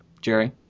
Jerry